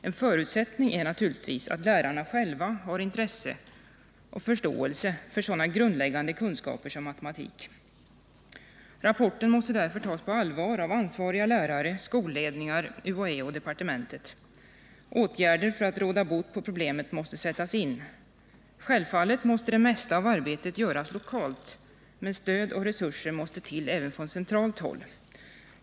En förutsättning för detta är naturligtvis att lärarna själva har intresse och förståelse för sådan grundläggande kunskap som matematik. Rapporten måste därför tas på allvar av ansvariga lärare, skolledningar, UHÄ och departementet. Åtgärder för att råda bot på problemet måste sättas in. Självfallet måste det mesta av det arbetet göras lokalt, men stöd och resurser måste tillskjutas även från centralt håll.